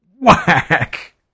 Whack